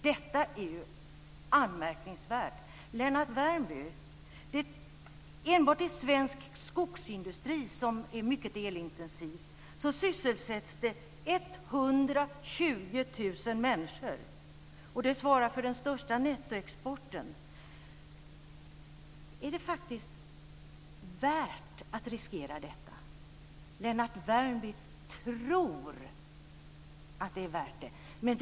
Detta är ju anmärkningsvärt, Lennart Värmby. Enbart i svensk skogsindustri som är mycket elintensiv sysselsätts 120 000 människor. Den svarar för den största nettoexporten. Är det faktiskt värt att riskera detta? Lennart Värmby tror att det är värt det.